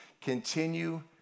continue